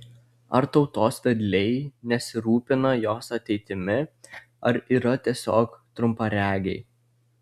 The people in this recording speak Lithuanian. ar tautos vedliai nesirūpina jos ateitimi ar yra tiesiog trumparegiai